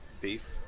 beef